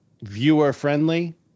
viewer-friendly